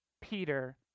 Peter